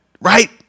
right